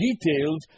details